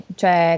cioè